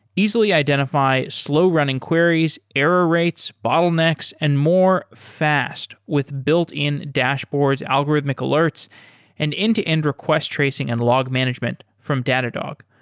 easily identify slow running queries, error rates, bottlenecks and more fast with built-in dashboards, algorithmic alerts and end-to-end request tracing and log management from datadog.